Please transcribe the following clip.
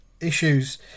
issues